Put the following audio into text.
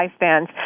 lifespans